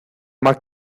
más